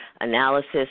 analysis